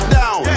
down